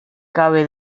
cabe